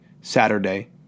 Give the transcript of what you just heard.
Saturday